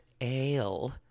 ale